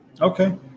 Okay